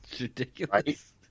Ridiculous